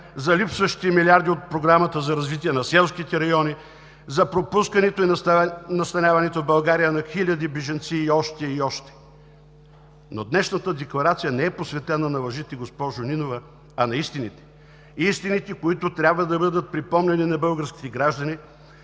за липсващи милиарди от Програмата за развитие на селските райони, за пропускането и настаняването в България на хиляди бежанци и още, и още. Но днешната Декларация не е посветена на лъжите, госпожо Нинова, а на истините. Истините, които трябва да бъдат припомняни на българските граждани,